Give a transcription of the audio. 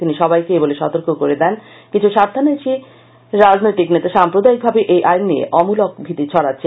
তিনি সবাইকে এই বলে সতর্ক করে দেন যে কিছু স্বার্খাল্বেশী রাজনৈতিক নেতা সাম্প্রদায়িকভাবে এই আইন নিয়ে অমূলক ভীতি ছডাচ্ছেন